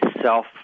self –